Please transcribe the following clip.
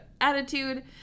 attitude